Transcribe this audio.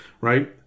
right